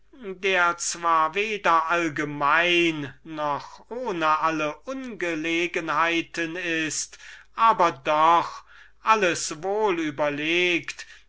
der zwar weder allgemein noch ohne alle ungelegenheiten ist aber doch alles wohl überlegt